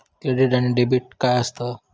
Credit आणि debit काय असता?